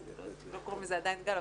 לא קוראים לזה עדיין גל,